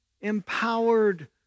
empowered